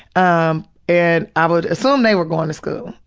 um and i would assume they were going to school,